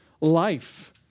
life